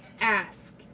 ask